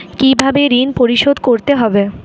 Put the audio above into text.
কিভাবে ঋণ পরিশোধ করতে হবে?